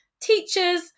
teachers